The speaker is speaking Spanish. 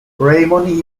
raymond